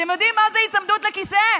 אתם יודעים מה זה היצמדות לכיסא?